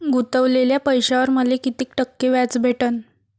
गुतवलेल्या पैशावर मले कितीक टक्के व्याज भेटन?